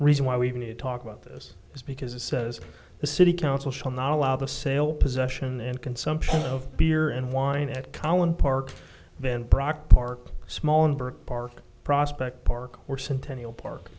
reason why we even a talk about this is because it says the city council shall not allow the sale possession and consumption of beer and wine at collin park then brok park a small number of park prospect park or centennial park